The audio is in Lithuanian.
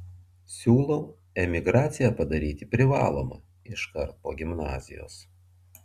siūlau emigraciją padaryti privalomą iškart po gimnazijos